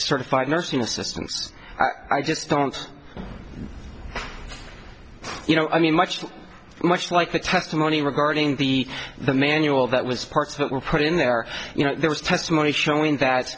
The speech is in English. assistants i just don't you know i mean much much like the testimony regarding the the manual that was parts that were put in there you know there was testimony showing that